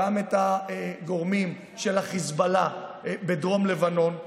גם את הגורמים של החיזבאללה בדרום לבנון.